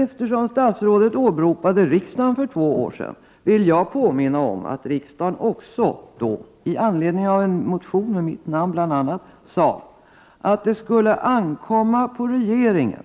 Eftersom statsrådet åberopade riksdagen för två år sedan, vill jag påminna om att riksdagen då också, i anledning av en motion av bl.a. mig, sade att det skulle ankomma på regeringen